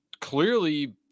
clearly